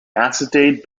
acetate